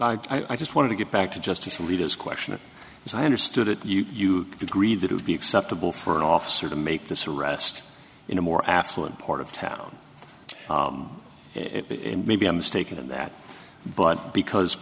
m i just wanted to get back to justice league as question as i understood it you would agree that would be acceptable for an officer to make this arrest in a more affluent part of town and maybe i'm mistaken in that but because